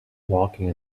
walking